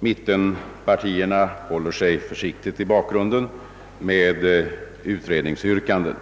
Mittenpartierna håller sig försiktigt i bakgrunden med utredningsyrkanden.